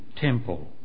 temple